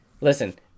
listen